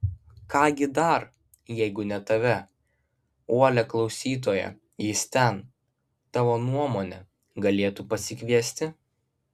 ką gi dar jeigu ne tave uolią klausytoją jis ten tavo nuomone galėtų pasikviesti